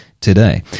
today